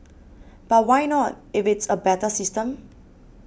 but why not if it's a better system